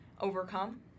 overcome